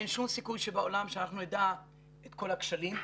אין שום סיכוי שבעולם שאנחנו נדע את כל הכשלים,